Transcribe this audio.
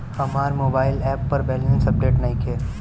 हमार mobile app पर balance update नइखे